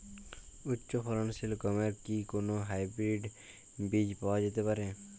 উচ্চ ফলনশীল গমের কি কোন হাইব্রীড বীজ পাওয়া যেতে পারে?